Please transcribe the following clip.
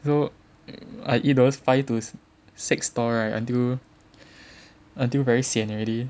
so I eat those five to six stall right until until very sian already